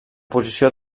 posició